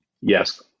Yes